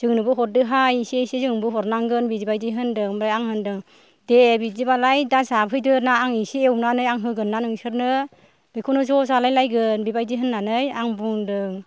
जोंनोबो हरदोहाय एसे एसे जोंनोबो हरनांगोन बेबायदि होनदों ओमफ्राय आं होनदों दे बिदिबालाय दा जाफैदोना आं एसे एवनानै आं होगोना नोंसोरनो बेखौनो ज' जालायलायगोन बेबायदि होननानै आं बुंदों